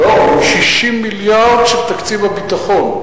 לא, מ-60 מיליארד של תקציב הביטחון.